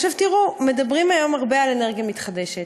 עכשיו, תראו, מדברים היום הרבה על אנרגיה מתחדשת,